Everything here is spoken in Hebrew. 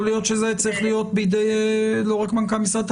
יכול להיות שזה צריך להיות לא רק בידי מנכ"ל המשרד.